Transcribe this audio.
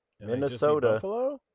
Minnesota